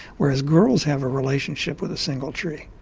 whereas girls have a relationship with a single tree.